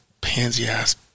pansy-ass